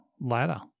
ladder